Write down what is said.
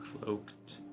Cloaked